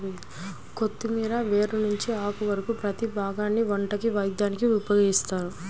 కొత్తిమీర వేర్ల నుంచి ఆకు వరకు ప్రతీ భాగాన్ని వంటకి, వైద్యానికి ఉపయోగిత్తారు